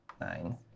Nine